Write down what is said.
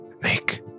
make